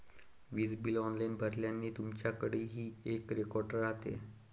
वीज bill online भरल्याने, तुमच्याकडेही एक रेकॉर्ड राहते